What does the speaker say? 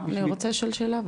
אני רוצה לשאול שאלה,